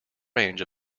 range